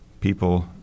people